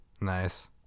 Nice